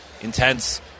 intense